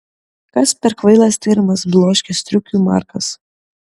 kas per kvailas tyrimas bloškė striukiui markas